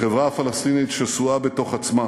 החברה הפלסטינית שסועה בתוך עצמה,